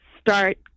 start